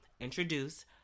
Introduce